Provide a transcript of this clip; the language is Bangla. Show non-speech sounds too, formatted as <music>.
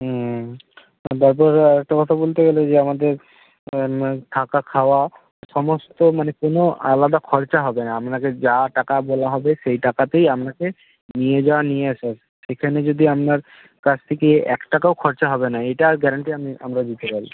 হুম <unintelligible> তারপর আরেকটা কথা বলতে গেলে যে আমাদের <unintelligible> থাকা খাওয়া সমস্ত মানে কোনো আলাদা খরচা হবে না আপনাকে যা টাকা বলা হবে সেই টাকাতেই আপনাকে নিয়ে যাওয়া নিয়ে আসা সেইখানে যদি আপনার কাছ থেকে এক টাকাও খরচা হবে না এইটার গ্যারান্টি আমি আমরা দিতে <unintelligible> পারি